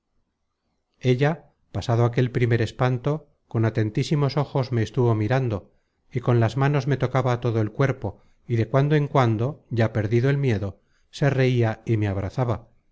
ella pasado aquel primer espanto con atentísimos ojos me estuvo mirando y con las manos me tocaba todo el cuerpo y de cuando en cuando ya perdido el miedo se reia y me abrazaba